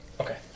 Okay